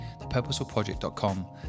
thepurposefulproject.com